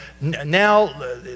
Now